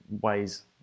ways